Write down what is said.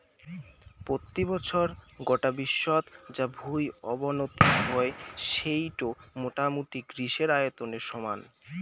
পত্যি বছর গোটা বিশ্বত যা ভুঁই অবনতি হই সেইটো মোটামুটি গ্রীসের আয়তনের সমান